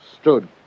stood